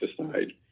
decide